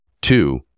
Two